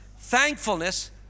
Thankfulness